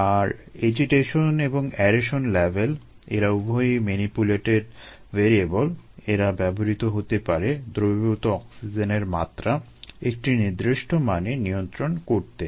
আর agitation এবং aeration level এরা উভয়েই ম্যানিপুলেটেড ভ্যারিয়েবল এরা ব্যবহৃত হতে পারে দ্রবীভুত অক্সিজেনের মাত্রা একটি নির্দিষ্ট মানে নিয়ন্ত্রণ করতে